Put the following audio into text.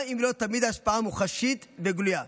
גם אם לא תמיד ההשפעה מוחשית וגלויה.